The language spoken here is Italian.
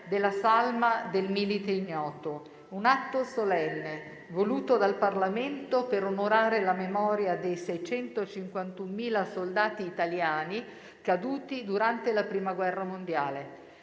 della salma del Milite ignoto: un atto solenne voluto dal Parlamento per onorare la memoria dei 651.000 soldati italiani caduti durante la Prima guerra mondiale.